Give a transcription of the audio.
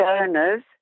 owners